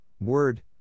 word